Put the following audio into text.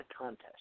contest